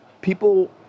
people